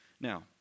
now